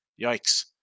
Yikes